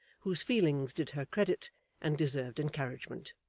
whose feelings did her credit and deserved encouragement.